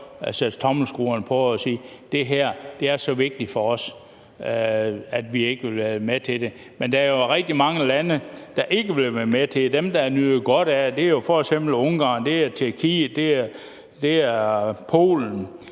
godt sætte tommelskruerne på og sige: Det her er så vigtigt for os, at vi ikke vil være med til det. Men der er jo rigtig mange lande, der ikke vil være med til det, og dem, der nyder godt af det, er jo f.eks. Ungarn, det er Tjekkiet, det er Polen,